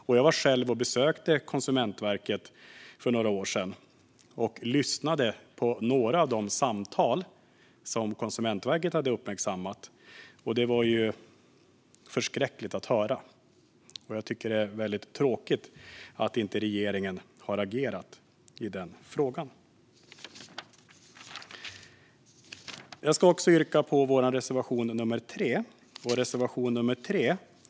Jag besökte själv Konsumentverket för några år sedan och lyssnade på några av de samtal som de hade uppmärksammat. Det var förskräckligt att höra, och jag tycker att det är väldigt tråkigt att regeringen inte har agerat i frågan. Jag yrkar bifall till vår reservation 3.